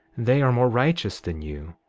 they are more righteous than you,